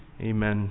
Amen